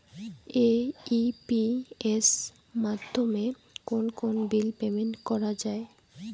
AEPS মাধ্যমে কোন কোন বিল পেমেন্ট করা যায়?